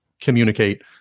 communicate